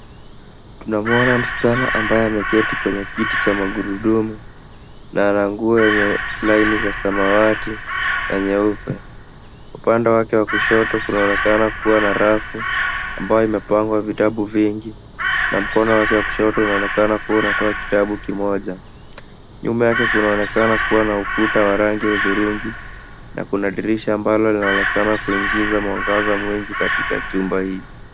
Tunamwona msichana ambaye ameketi kwenye kiti cha magurudumu na ana nguo yenye laini za samawati na nyeupe. Upande wake wa kushoto kunaonekana kuwa na rafu ambayo imepangwa vitabu vingi na mkono wake wa kushoto unaonekana kuwa unatoa kitabu kimoja. Nyuma yake kunaonekana kuwa na ukuta wa rangi ya hudhurungi na kuna dirisha ambalo linaonekana kuingiza mwangaza mwingi katika chumba hii.